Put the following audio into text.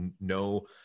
no